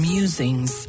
Musings